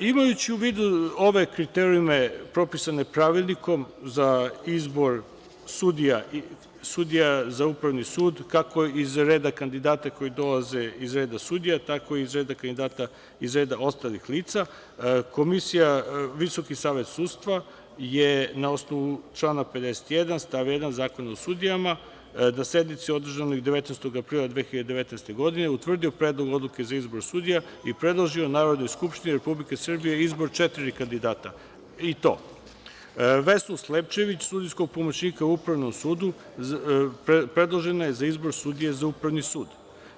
Imajući u vidu ove kriterijume propisane Pravilnikom za izbor sudija za Upravni sud, kako iz reda kandidata koji dolaze iz reda sudija, tako i za kandidate iz reda ostalih lica, Visoki savet sudstva je, na osnovu člana 51. stav 1. Zakona o sudijama, na sednici održanoj 19. aprila 2019. godine utvrdio Predlog odluke za izbor sudija i predložio Narodnoj skupštini Republike Srbije izbor četiri kandidata, i to: Vesnu Slepčević, sudijski pomoćnik u Upravnom sudu, predložena je za izbor sudije za Upravi sud;